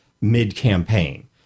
mid-campaign